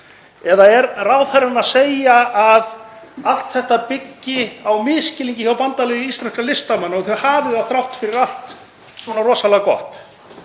Eða er ráðherrann að segja að allt þetta byggi á misskilningi hjá Bandalagi íslenskra listamanna og þau hafi það þrátt fyrir allt svona rosalega gott?